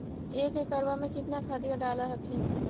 एक एकड़बा मे कितना खदिया डाल हखिन?